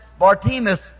Bartimus